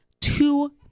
two